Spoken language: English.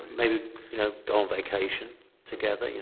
maybe you know go on vacation together, you